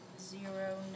zero